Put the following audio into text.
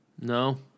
No